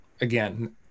Again